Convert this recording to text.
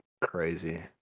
crazy